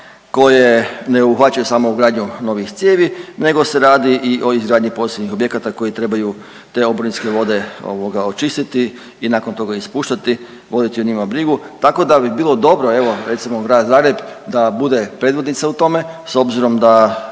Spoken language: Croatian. koje ne obuhvaćaju samo ugradnju novih cijevi nego se radi i o izgradnji posebnih objekata koji trebaju te oborinske vode, ovoga, očistiti i nakon toga ispuštati, voditi o njima brigu, tako da bi bilo dobro, evo, recimo, Grad Zagreb da bude predvodnica u tome, s obzirom da